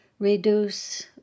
reduce